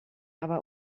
aber